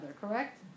correct